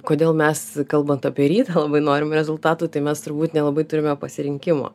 kodėl mes kalbant apie rytą labai norim rezultatų tai mes turbūt nelabai turime pasirinkimo